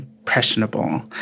Impressionable